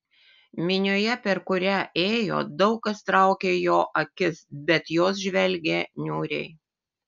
minioje per kurią ėjo daug kas traukė jo akis bet jos žvelgė niūriai